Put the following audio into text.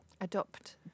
Adopt